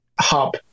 hub